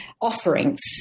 offerings